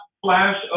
flash